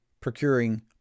procuring